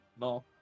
no